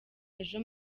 ejo